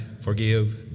forgive